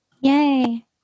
Yay